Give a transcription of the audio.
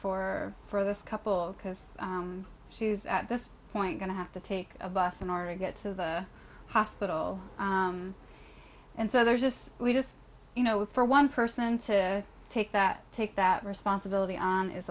for for this couple because she's at this point going to have to take a bus in order to get to the hospital and so there's just we just you know for one person to take that take that responsibility on is